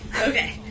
Okay